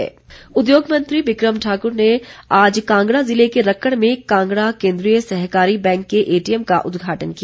बिक्रम सिंह उद्योग मंत्री बिक्रम ठाकुर ने आज कांगड़ा जिले के रक्कड़ में कांगड़ा केन्द्रीय सहकारी बैंक के एटी एम का उद्घाटन किया